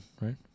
Right